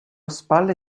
spalle